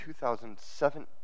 2017